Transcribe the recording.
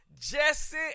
Jesse